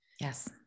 Yes